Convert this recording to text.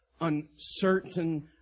uncertain